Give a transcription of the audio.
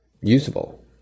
usable